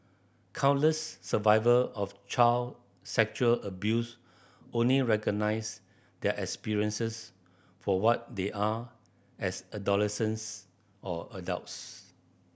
countless survivor of child sexual abuse only recognise their experiences for what they are as adolescents or adults